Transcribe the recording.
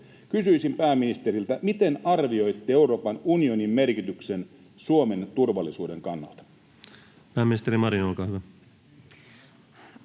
Kysyisin pääministeriltä: miten arvioitte Euroopan unionin merkityksen Suomen turvallisuuden kannalta? Pääministeri Marin, olkaa hyvä.